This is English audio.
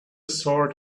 sword